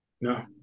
no